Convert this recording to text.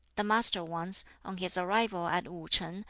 the master once, on his arrival at wu-shing,